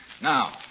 Now